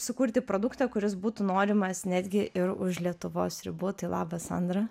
sukurti produktą kuris būtų norimas netgi ir už lietuvos ribų tai labas sandra